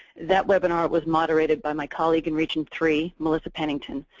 that webinar was moderated by my colleague in region three, melissa pennington,